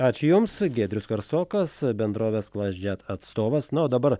ačiū jums giedrius karsokas bendrovės klasdžet atstovas na o dabar